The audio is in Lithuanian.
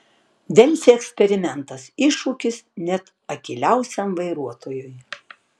delfi eksperimentas iššūkis net akyliausiam vairuotojui